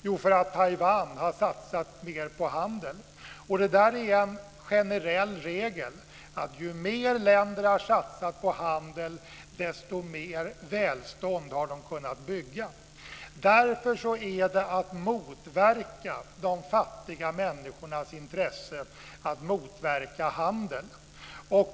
Jo, därför att Taiwan har satsat mer på handel. Det är en generell regel att ju mer länderna har satsat på handel, desto mer välstånd har de kunnat bygga. Därför är det att motverka de fattiga människornas intressen att motverka handel.